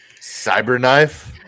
Cyberknife